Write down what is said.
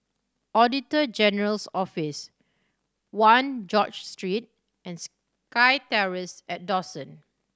Auditor General's Office One George Street and SkyTerrace at Dawson